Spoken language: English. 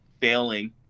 failing